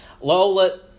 Lola